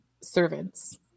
servants